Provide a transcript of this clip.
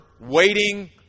waiting